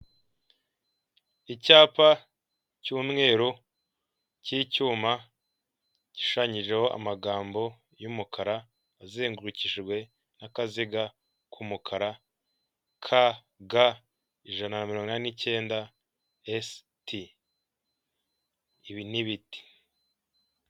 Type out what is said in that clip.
Icyapa cy'umweru cy'icyuma gishushanyijeho amagambo y'umukara azengurukijwe n'akaziga k'umukara ka ga ijana na mirongo icyenda esiti, ibi ni ibiti.